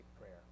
prayer